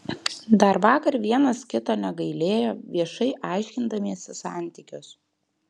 dar vakar vienas kito negailėjo viešai aiškindamiesi santykius